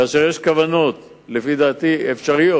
כאשר יש כוונות אפשריות,